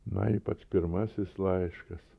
na ypač pirmasis laiškas